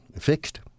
fixed